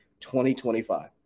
2025